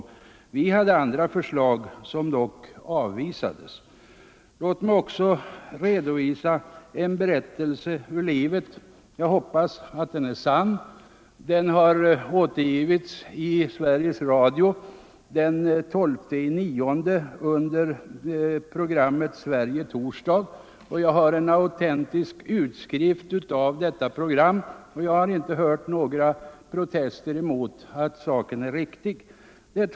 — ooo Vi hade andra förslag som dock avvisades. Allmänpolitisk Låt mig också redovisa en berättelse ur livet. Jag hoppas att den är debatt sann. Den har återgivits i Sveriges Radio den 12 september i programmet positionens sida och som ett villkor för att det skulle kunna träffas en kompromiss. Det måste klart sägas ifrån att det inte var på grund av Sverige torsdag, och jag har en autentisk utskrift av detta program. Jag har inte hört några protester mot riktigheten i skildringen.